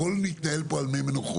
הכול מתנהל פה על מי מנוחות.